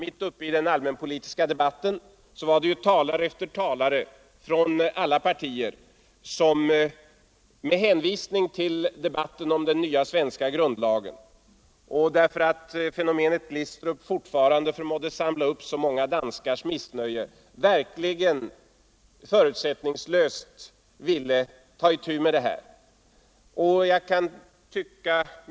I den allmänpolitiska debatten i vintras pläderade talare efter talare från alla partier — med hänvisning till debatten om den nya svenska grundlagen och därför att fenomenet Glistrup fortfarande förmådde samla upp så många danskars missnöje — för att vi förutsättningslöst skulle ta itu med detta.